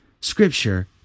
scripture